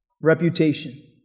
Reputation